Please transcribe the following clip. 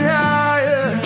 higher